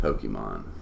Pokemon